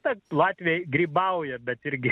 tad latviai grybauja bet irgi